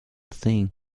thing